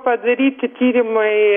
padaryti tyrimai